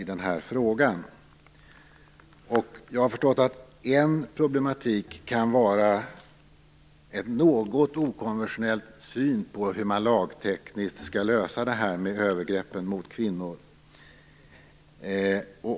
Såvitt jag förstår kan en problematik vara en något okonventionell syn på hur man lagtekniskt skall lösa detta med övergrepp mot kvinnor.